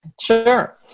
Sure